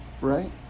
right